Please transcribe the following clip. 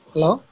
Hello